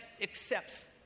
accepts